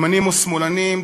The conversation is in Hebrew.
ימנים או שמאלנים,